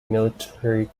military